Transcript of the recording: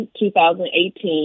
2018